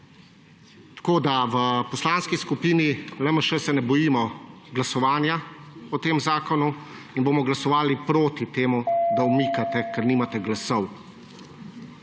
zakon. V Poslanski skupini LMŠ se ne bojimo glasovanja o tem zakonu in bomo glasovali proti temu, da umikate, ker nimate glasov.